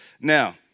Now